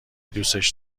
دوسش